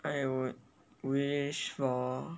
I would wish for